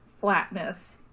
flatness